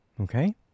Okay